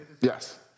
Yes